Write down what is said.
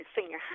senior